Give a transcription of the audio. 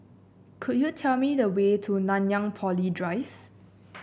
could you tell me the way to Nanyang Poly Drive